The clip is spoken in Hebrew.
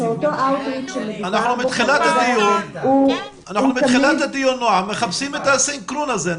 מתחילת הדיון אנחנו מחפשים הסנכרון הזה.